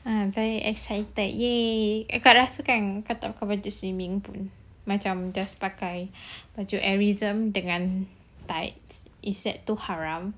ah very excited !yay! kau rasa kata aku pakai baju swimming tu macam just pakai baju airism dengan tight is that too haram